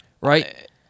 right